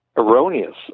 erroneous